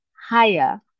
higher